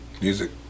music